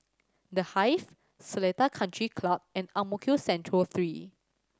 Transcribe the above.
The Hive Seletar Country Club and Ang Mo Kio Central Three